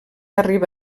arriba